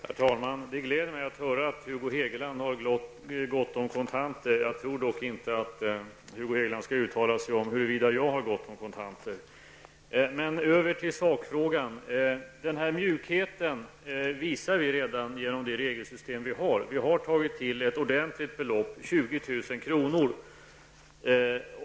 Herr talman! Det är glädjande att höra att Hugo Hegeland har gott om kontanter. Jag tycker dock inte att Hugo Hegeland skall uttala sig om huruvida jag har gott om kontanter. I övrigt till sakfrågan. Denna mjukhet visar vi ju redan genom det regelsystem som vi har. Vi har tagit till ett ordentligt belopp, 20 000 kr.